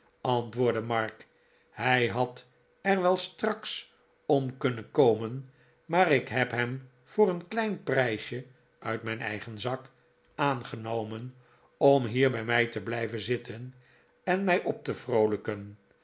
antwoordde mark hij had er wel straks om kunnen komen maar ik heb hem voor een klein prijsje uit mijn eigen zak aangenomen om hier bij mij te blijven zitten en mij op te vroolijken